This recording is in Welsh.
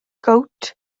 gowt